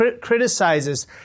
criticizes